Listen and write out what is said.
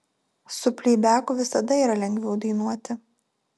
su pleibeku visada yra lengviau dainuoti